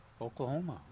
Oklahoma